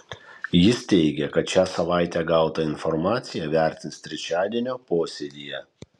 jis teigia kad šią savaitę gautą informaciją vertins trečiadienio posėdyje